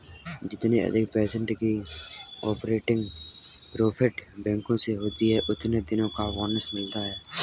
जितने अधिक पर्सेन्ट की ऑपरेटिंग प्रॉफिट बैंकों को होती हैं उतने दिन का बोनस मिलता हैं